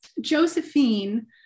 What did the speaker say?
Josephine